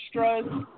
extras